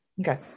okay